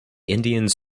indians